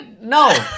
No